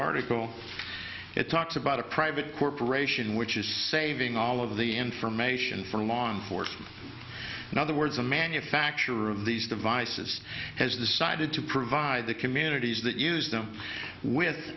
article it talks about a private corporation which is saving all of the information for law enforcement in other words the manufacturer of these devices has decided to provide the communities that use them with